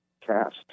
Cast